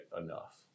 enough